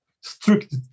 strict